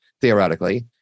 theoretically